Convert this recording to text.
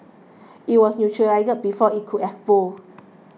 it was neutralised before it could explode